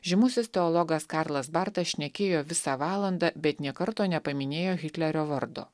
žymusis teologas karlas bartas šnekėjo visą valandą bet nė karto nepaminėjo hitlerio vardo